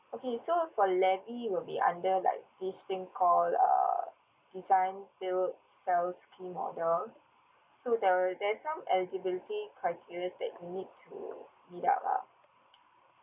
okay so for levy will be under like this thing called uh design build sell scheme order so there'll there's some eligibility criteria that you need to meet up lah